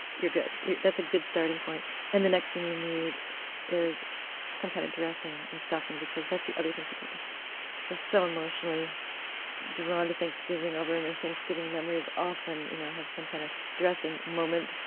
you're good. that's a good starting point and the next thing you need is some kind of dressing or stuffing because that's the other thing people just feel so emotionally drawn to thanksgiving over. and their thanksgiving memories often you know have some kind of dressing moment.